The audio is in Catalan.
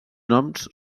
noms